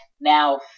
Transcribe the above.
now